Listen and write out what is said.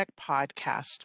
podcast